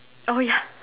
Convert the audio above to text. oh ya